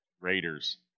Raiders